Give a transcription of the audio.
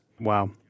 Wow